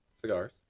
cigars